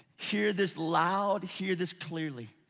hear this loud, hear this clearly.